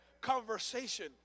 conversation